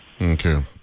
Okay